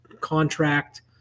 contract